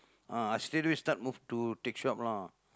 ah I straight away start move to take shop lah